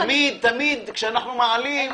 תמיד כשאנחנו מעלים,